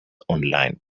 online